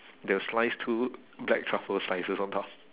they'll slice two black truffle slices on top